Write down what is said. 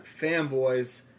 fanboys